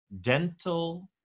Dental